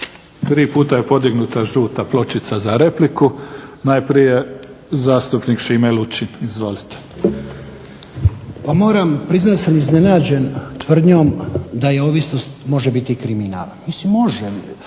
Tri puta je podignuta žuta pločica za repliku. Najprije zastupnik Šime Lučin, izvolite. **Lučin, Šime (SDP)** Pa moram priznati da sam iznenađen tvrdnjom da ovisnost može biti kriminal. Mislim može,